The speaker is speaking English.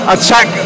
Attack